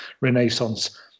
renaissance